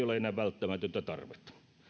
ole enää välttämätöntä tarvetta